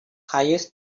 hires